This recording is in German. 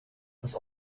das